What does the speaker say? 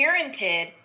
parented